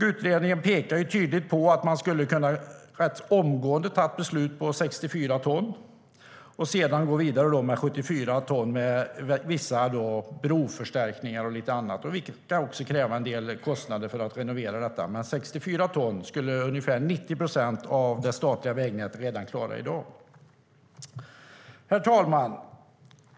Utredningen pekar tydligt på att man i stort sett omgående skulle kunna ta ett beslut om 64 ton och sedan gå vidare med 74 ton med vissa broförstärkningar och lite annat, vilket kan kräva en del renoveringskostnader. Men 64 ton skulle ungefär 90 procent av det statliga vägnätet klara redan i dag. Herr talman!